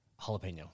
jalapeno